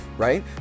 right